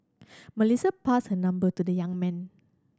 Melissa passed her number to the young man